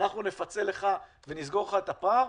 אנחנו נפצה לך ונסגור לך את הפער,